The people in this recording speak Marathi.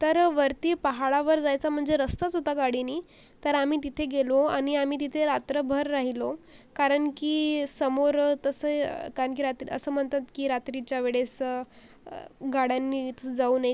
तर वरती पहाडावर जायचं म्हणजे रस्ताच होता गाडीनी तर आम्ही तिथे गेलो आणि आम्ही तिथे रात्रभर राहिलो कारण की समोर तसं कारण की रात्री असं म्हणतात की रात्रीच्या वेळेस गाड्यांनी इथं जाऊ नये